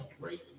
great